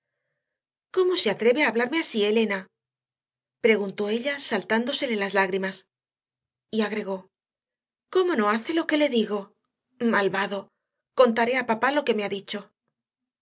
cómo se atreve a hablarme así elena preguntó ella saltándosele las lágrimas y agregó cómo no hace lo que le digo malvado contaré a papá lo que me ha dicho